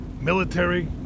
military